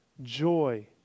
Joy